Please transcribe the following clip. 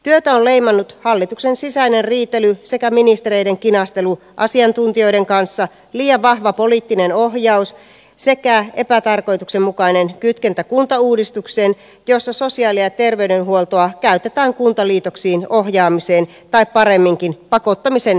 työtä on leimannut hallituksen sisäinen riitely sekä ministereiden kinastelu asiantuntijoiden kanssa liian vahva poliittinen ohjaus sekä epätarkoituksenmukainen kytkentä kuntauudistukseen jossa sosiaali ja terveydenhuoltoa käytetään kuntaliitoksiin ohjaamisen tai paremminkin pakottamisen välineenä